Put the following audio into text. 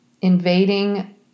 invading